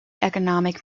economic